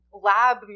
lab